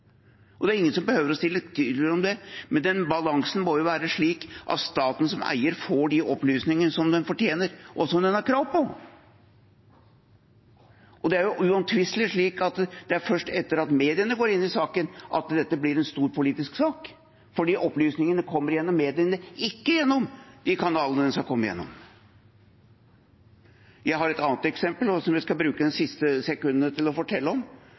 Det er ingen som behøver å stille seg tvilende til det, men den balansen må være slik at staten som eier får de opplysningene som den fortjener, og som den har krav på. Det er uomtvistelig slik at det er først etter at mediene går inn i saken, dette blir en stor politisk sak, fordi opplysningene kommer gjennom mediene, ikke gjennom de kanalene de skal komme gjennom. Jeg har et annet eksempel, som jeg skal bruke de siste sekundene til å fortelle om,